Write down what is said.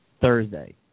Thursday